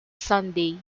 sunday